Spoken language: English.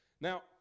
Now